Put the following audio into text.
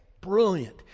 brilliant